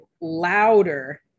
louder